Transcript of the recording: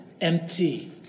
empty